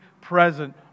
present